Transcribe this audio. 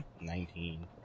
Nineteen